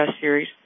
Series